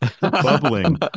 bubbling